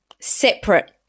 separate